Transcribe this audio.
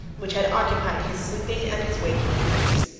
which had occupied his sleeping and his waking dreams.